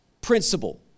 principle